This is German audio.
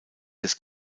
des